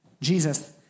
Jesus